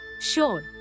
sure